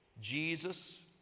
Jesus